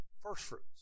firstfruits